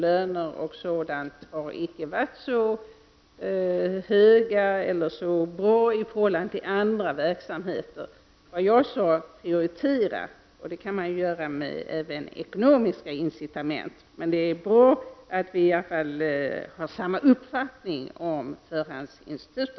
Lönerna har inte varit särskilt höga eller jämförbara med lönerna inom andra verksamheter. Prioritera kan man göra även med ekonomiska incita ment. Det är emellertid bra att vi har samma uppfattning om förhandsinsti — Prot.